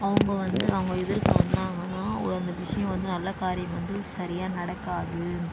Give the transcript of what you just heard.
அவங்க வந்து அவங்க எதிர்க்க வந்தாங்கன்னால் அந்த விஷயம் வந்து நல்ல காரியம் வந்து சரியாக நடக்காது